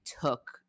took